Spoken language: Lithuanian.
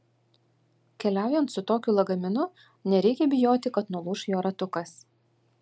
keliaujant su tokiu lagaminu nereikia bijoti kad nulūš jo ratukas